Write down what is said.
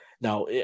Now